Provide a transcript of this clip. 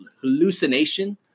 hallucination